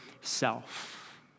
self